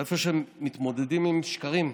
איפה שמתמודדים עם שקרים,